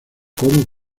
como